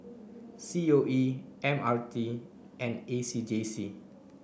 C O E M R T and A C J C